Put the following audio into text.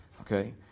okay